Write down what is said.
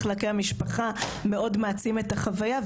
מאוד מעצים את החוויה,